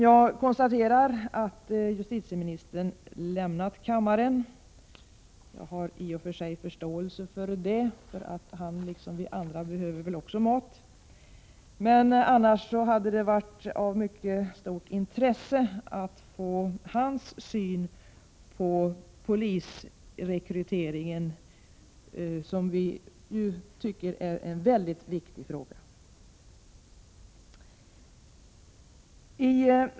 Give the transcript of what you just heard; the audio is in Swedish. Jag konstaterar att justitieministern lämnat kammaren. Jag har i och för sig förståelse för det. Han, liksom vi andra, behöver väl också mat. Men det hade varit av mycket stort intresse att få höra hur han ser på frågan om polisrekryteringen, som vi tycker är en väldigt viktig fråga.